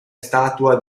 statua